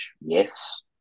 Yes